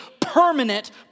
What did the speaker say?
permanent